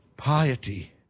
piety